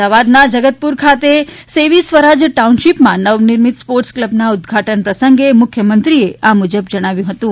અમદાવાદના જગતપુર ખાતે સેવી સ્વરાજ ટાઉનશીપમાં નવનિર્મિત સ્પોર્ટ્સ ક્લબના ઉદઘાટન પ્રસંગે મુખ્યમંત્રીશ્રીએ આ મુજબ જણાવ્યું હતું